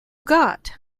got